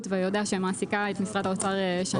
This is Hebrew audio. ויודע שהיא מעסיקה את משרד האוצר שנים רבות.